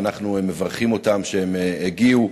ואנחנו מברכים אותם על כך שהם הגיעו.